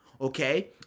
Okay